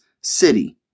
City